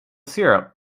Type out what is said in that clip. syrup